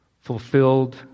fulfilled